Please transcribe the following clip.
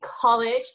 college